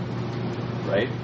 right